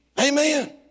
Amen